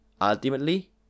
ultimately